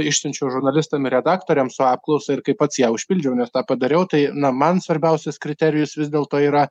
išsiunčiau žurnalistam ir redaktoriam su apklausa ir kai pats ją užpildžiau nes tą padariau tai na man svarbiausias kriterijus vis dėlto yra